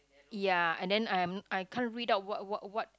ya and then I am I can't read out what what what